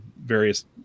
various